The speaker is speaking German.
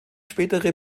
spätere